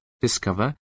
discover